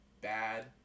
bad